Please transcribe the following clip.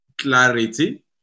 clarity